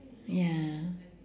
ya